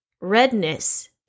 redness